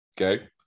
Okay